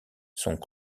sont